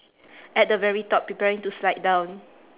at the very top preparing to slide down